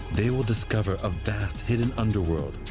they will discover a vast, hidden underworld.